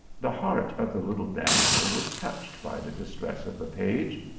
the heart of the little damsel was touched by the distress of the page.